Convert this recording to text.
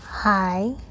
hi